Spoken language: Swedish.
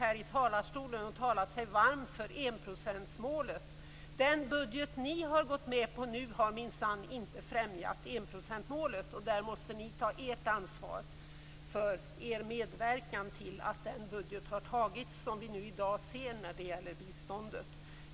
Då kan jag inte låta bli att säga att den budget som ni nu har gått med på har minsann inte främjat enprocentsmålet. Ni måste ta ert ansvar för er medverkan till att den budget för biståndet som vi i dag behandlar har antagits.